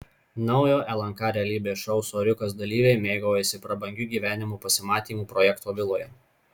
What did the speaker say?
naujo lnk realybės šou soriukas dalyviai mėgaujasi prabangiu gyvenimu pasimatymų projekto viloje